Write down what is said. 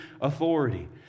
authority